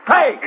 Hey